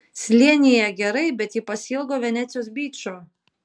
slėnyje gerai bet ji pasiilgo venecijos byčo